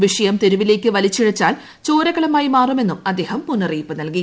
വിഷയം തെരുവിലേക്ക് വലിച്ചിഴച്ചാൽ ചോരക്കളമായി മാറുമെന്നും അദ്ദേഹം മുന്നറിയിപ്പ് നൽകി